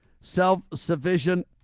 self-sufficient